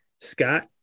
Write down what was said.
Scott